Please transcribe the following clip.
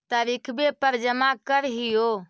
तरिखवे पर जमा करहिओ?